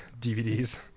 DVDs